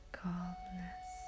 calmness